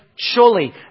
surely